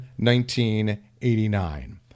1989